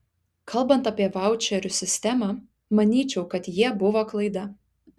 kalbant apie vaučerių sistemą manyčiau kad jie buvo klaida